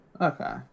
Okay